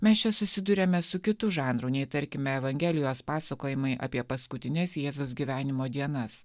mes čia susiduriame su kitu žanru nei tarkime evangelijos pasakojimai apie paskutines jėzaus gyvenimo dienas